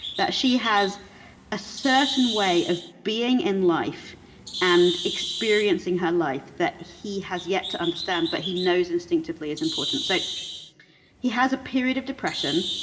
that she has a certain way of being in life and experiencing her life that he has yet to understand, but he knows, instinctively, is important. so he has a period of depression,